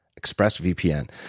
ExpressVPN